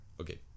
Okay